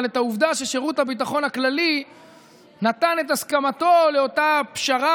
אבל את העובדה ששירות הביטחון הכללי נתן את הסכמתו לאותה פשרה,